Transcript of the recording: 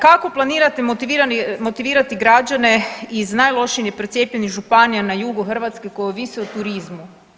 Kako planirate motivirati građane iz najlošije procijepljenih županija na jugu Hrvatske koji ovise o turizmu?